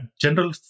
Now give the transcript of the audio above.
general